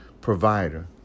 provider